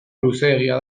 luzeegia